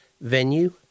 Venue